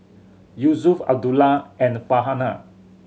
Yusuf Abdullah and Farhanah